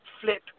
flip